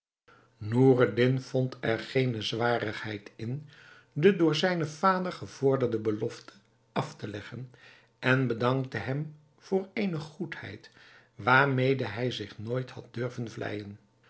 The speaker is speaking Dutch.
noureddin vond er geene zwarigheid in de door zijnen vader gevorderde belofte af te leggen en bedankte hem voor eene goedheid waarmede hij zich nooit had durven vleijen